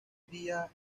día